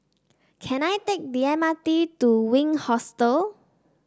can I take the M R T to Wink Hostel